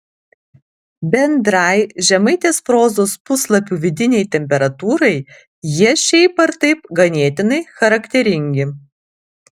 bendrai žemaitės prozos puslapių vidinei temperatūrai jie šiaip ar taip ganėtinai charakteringi